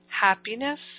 happiness